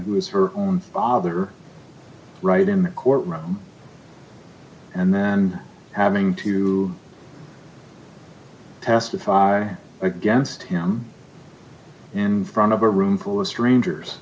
who was her own father right in the courtroom and then having to testify against him in front of a roomful of strangers